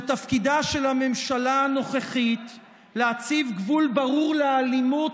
זהו תפקידה של הממשלה הנוכחית להציב גבול ברור לאלימות,